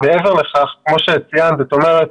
את אומרת,